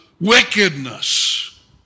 wickedness